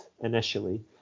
initially